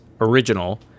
original